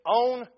own